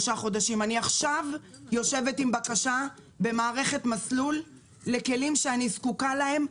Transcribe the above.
עכשיו אני יושבת עם בקשה ב"מערכת מסלול" לכלים שאני זקוקה להם,